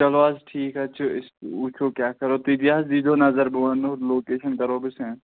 چلو حظ ٹھیٖک حظ چھُ أسۍ وٕچھو کیٛاہ کَرو تُہۍ دِ حظ ییٖزیو نَظر بہٕ وَنو لوکیشَن کَرو بہٕ سٮ۪نٛڈ